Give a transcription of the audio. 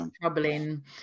troubling